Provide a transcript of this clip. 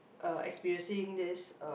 uh experiencing this uh